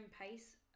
pace